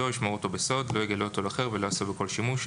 ישמור אותו בסוד ולא יגלה אותו לאחר ולא יעשה בו כל שימוש,